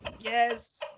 yes